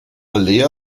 allee